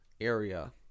area